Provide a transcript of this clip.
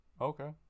Okay